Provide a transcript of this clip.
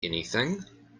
anything